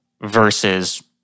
versus